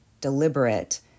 deliberate